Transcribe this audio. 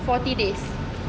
forty days